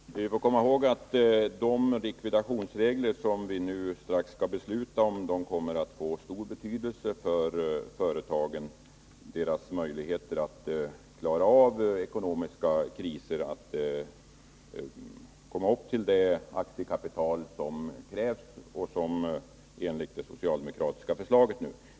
Herr talman! Vi får komma i håg att de likvidationsregler som vi nu strax skall besluta om kommer att få stor betydelse för företagens möjligheter att klara av ekonomiska kriser och att komma upp till det aktiekapital som krävs enligt det socialdemokratiska förslaget.